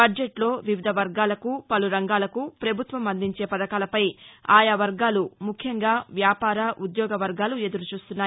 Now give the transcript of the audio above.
బద్లెట్లో వివిధ వర్గాలకు పలు రంగాలకు ప్రభుత్వం అందించే పధకాలపై ఆయా వర్గాలు ముఖ్యంగా వ్యాపార ఉద్యోగ వర్గాలు ఎదురు చూస్తున్నాయి